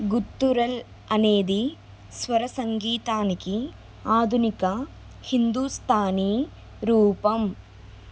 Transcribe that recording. guttural అనేది స్వర సంగీతానికి ఆధునిక హిందుస్థానీ రూపం